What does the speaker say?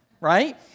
right